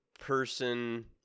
person